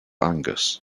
angus